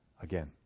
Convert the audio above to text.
Again